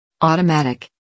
automatic